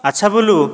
ଆଚ୍ଛା ବୁଲୁ